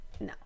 No